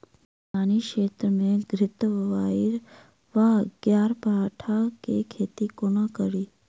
मैदानी क्षेत्र मे घृतक्वाइर वा ग्यारपाठा केँ खेती कोना कड़ी?